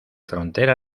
frontera